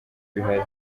bihari